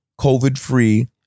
COVID-free